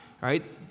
right